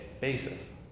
basis